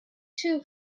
two